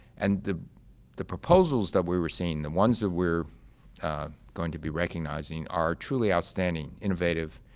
and the the proposals that we were seeing, the ones that we're going to be recognizing, are truly outstanding, innovative,